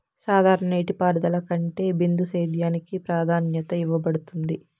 సాధారణ నీటిపారుదల కంటే బిందు సేద్యానికి ప్రాధాన్యత ఇవ్వబడుతుంది